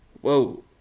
Whoa